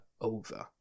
over